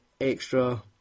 extra